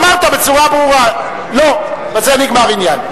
אמרת בצורה ברורה, בזה נגמר העניין.